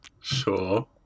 Sure